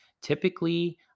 typically